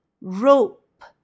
Rope